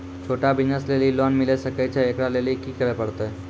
छोटा बिज़नस लेली लोन मिले सकय छै? एकरा लेली की करै परतै